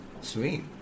Sweet